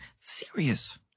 serious